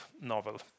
novel